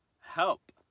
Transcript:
help